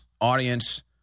audience